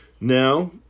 Now